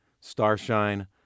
starshine